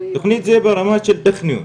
תוכנית זו ברמה של טכניון,